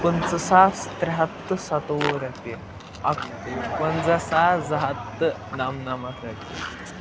پٕنٛژٕ ساس ترٛےٚ ہَتھ تہٕ سَتووُہ رۄپیہِ اَکھ پنٛژاہ ساس زٕ ہَتھ تہٕ نَمنَمَتھ رۄپیہِ